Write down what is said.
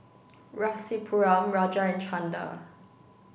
Rasipuram Raja and Chanda